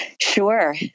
Sure